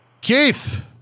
Keith